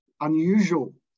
unusual